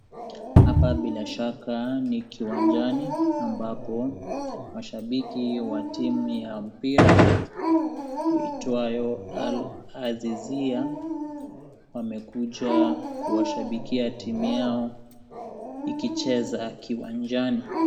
Hapa bila shaka ni kiwanjani ambapo mashabiki wa timu ya mpira iitwayo AL-IZIZA wamekuja kuwashabikia timu yao ikicheza kiwanjani.